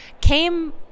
came